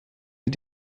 sie